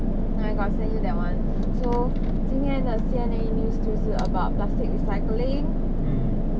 ya I got send you that [one] so 今天的 C_N_A news 就是 about plastic recycling then